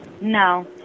No